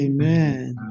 Amen